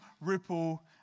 ripple